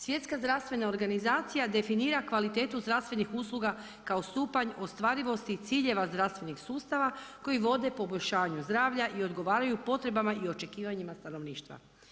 Svjetska zdravstvena organizacija definira kvalitetu zdravstvenih usluga kao stupanj ostvarivosti ciljeva zdravstvenih sustava koji vode poboljšavanju zdravlja i odgovaraju potrebama i očekivanjima stanovništva.